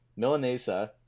Milanesa